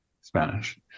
Spanish